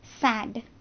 sad